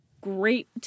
great